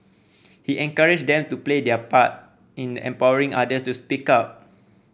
he encouraged them to play their part in empowering others to speak up